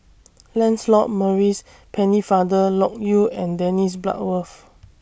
Lancelot Maurice Pennefather Loke Yew and Dennis Bloodworth